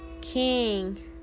King